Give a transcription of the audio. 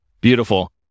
Beautiful